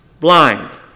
Blind